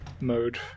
mode